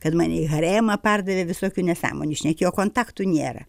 kad mane į haremą perdavė visokių nesąmonių šnekėjo kontaktų nėra